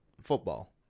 football